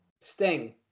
Sting